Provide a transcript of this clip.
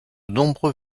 nombreux